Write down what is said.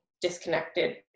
disconnected